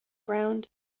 ground